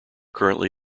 currently